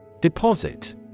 Deposit